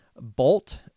Bolt